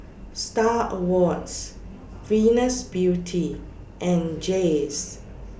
STAR Awards Venus Beauty and Jays